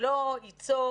שלא ייצור